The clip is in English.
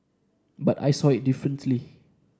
but I saw it differently